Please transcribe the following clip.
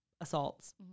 assaults